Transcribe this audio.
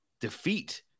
defeat